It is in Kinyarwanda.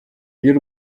ry’u